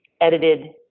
edited